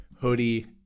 hoodie